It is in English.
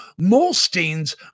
Molstein's